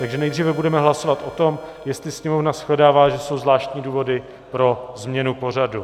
Takže nejdříve budeme hlasovat o tom, jestli sněmovna shledává, že jsou zvláštní důvody pro změnu pořadu.